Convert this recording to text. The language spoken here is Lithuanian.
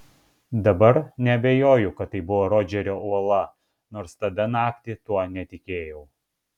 dabar neabejoju kad tai buvo rodžerio uola nors tada naktį tuo netikėjau